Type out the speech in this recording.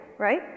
Right